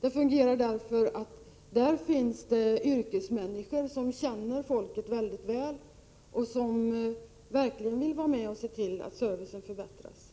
Den fungerar därför att det finns yrkesmänniskor som känner folket väl och verkligen vill vara med och se till att servicen förbättras.